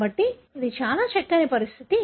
కాబట్టి ఇది చాలా చక్కని పరిస్థితి